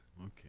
Okay